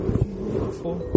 beautiful